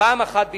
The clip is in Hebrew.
פעם אחת בלבד.